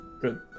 Good